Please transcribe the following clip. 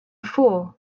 fool